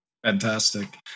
Fantastic